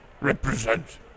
represent